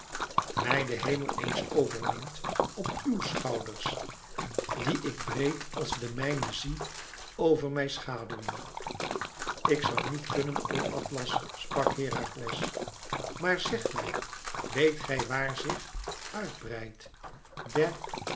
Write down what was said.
mij den hemel eens overneemt op ùw schouders die ik breed als de mijne zie over mij schaduwen ik zoû niet kunnen o atlas sprak herakles maar zeg mij wéet gij waar zich uit breidt der